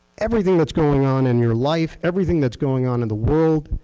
everything that's going on in your life, everything that's going on in the world,